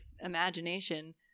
imagination